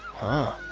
huh.